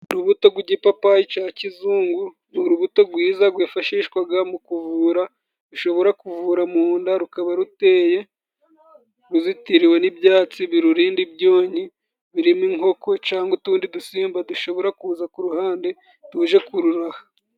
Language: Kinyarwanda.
Urubuto gw'igipapayi cya kizungu, urubuto gwiza gwifashishwaga mu kuvura, bishobora kuvura mu nda rukaba ruteye ruzitiriwe n'ibyatsi birurinda ibyonyi birimo inkoko, cyangwa utundi dusimba dushobora kuza ku ruhande tuje kururaha.